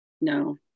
No